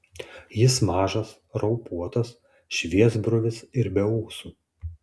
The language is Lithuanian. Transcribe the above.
jis mažas raupuotas šviesbruvis ir be ūsų